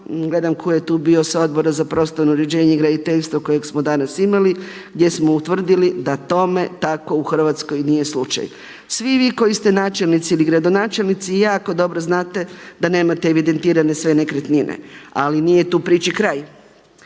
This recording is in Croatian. gledam tko je tu bio sa Odbora za prostorno uređenje i graditeljstvo kojeg smo danas imali gdje smo utvrdili da tome tako u Hrvatskoj nije slučaj. Svi vi koji ste načelnici ili gradonačelnici jako dobro znate da nemate evidentirane sve nekretnine, ali nije tu priči kraj.